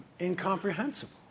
Incomprehensible